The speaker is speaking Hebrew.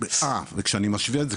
וכשאני משווה את זה,